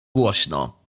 głośno